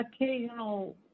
occasional